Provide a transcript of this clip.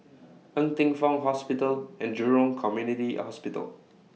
Ng Teng Fong Hospital and Jurong Community Hospital